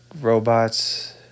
robots